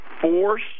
force